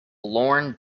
lorne